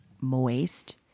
moist